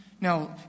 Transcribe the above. Now